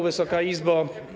Wysoka Izbo!